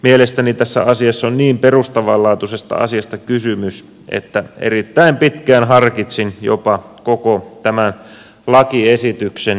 mielestäni tässä asiassa on niin perustavanlaatuisesta asiasta kysymys että erittäin pitkään harkitsin jopa koko tämän lakiesityksen hylkäämistä